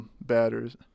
batters